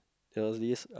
there was this